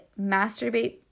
masturbate